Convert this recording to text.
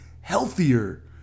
healthier